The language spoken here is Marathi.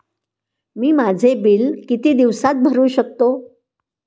मी माझे बिल किती दिवसांत भरू शकतो?